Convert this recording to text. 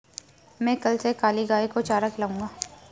मैं कल से काली गाय को चारा खिलाऊंगा